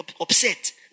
upset